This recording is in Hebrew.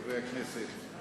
חברי הכנסת,